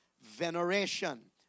veneration